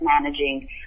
managing